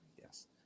Yes